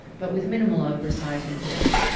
but with minimal oversight in place,